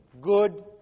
good